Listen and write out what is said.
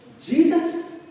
Jesus